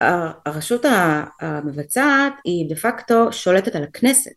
הרשות המבצעת היא דה פקטו שולטת על הכנסת